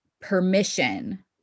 permission